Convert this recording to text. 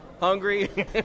Hungry